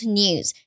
news，